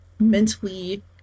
mentally